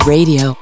Radio